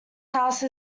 house